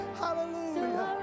hallelujah